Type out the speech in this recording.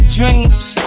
dreams